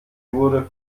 wurde